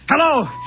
Hello